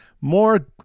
more